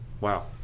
Wow